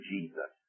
Jesus